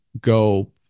go